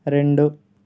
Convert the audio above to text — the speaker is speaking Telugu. రెండు